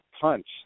punch